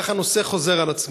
כך הנושא חוזר על עצמו.